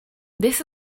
this